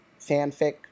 fanfic